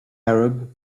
arab